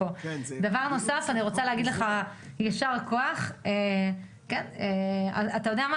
דבר נוסף, אני רוצה להגיד לך יישר כוח וכל הכבוד.